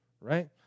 right